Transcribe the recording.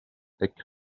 that